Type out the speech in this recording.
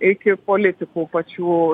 iki politikų pačių